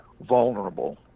vulnerable